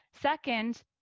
second